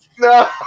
No